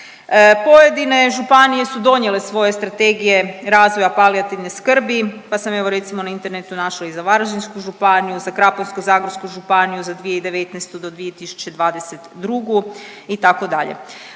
Pojedine županije su donijele svoje strategije razvoja palijativne skrbi, pa sam evo recimo na internetu našla i za Varaždinsku županiju, za Krapinsko-zagorsku županiju za 2019. do 2022. itd.